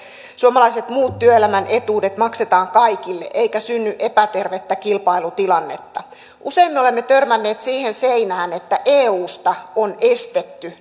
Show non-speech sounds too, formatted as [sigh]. suomalaiset muut työelämän etuudet maksetaan kaikille eikä synny epätervettä kilpailutilannetta usein me olemme törmänneet siihen seinään että eusta on estetty [unintelligible]